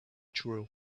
true